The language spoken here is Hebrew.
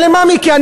תחכה למה, מיקי?